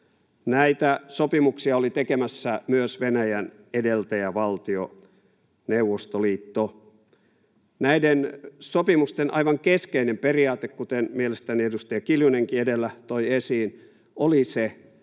Näitä sopimuksia oli tekemässä myös Venäjän edeltäjävaltio Neuvostoliitto. Näiden sopimusten aivan keskeinen periaate, kuten mielestäni edustaja Kiljunenkin edellä toi esiin, oli se,